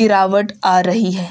گراوٹ آرہی ہے